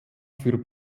für